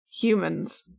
humans